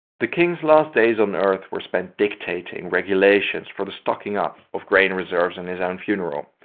the king's last days on earth were spent dictating regulations for the stocking up of grain reserves and his own funeral.